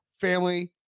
family